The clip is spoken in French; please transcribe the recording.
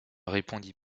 répondit